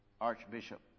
Archbishop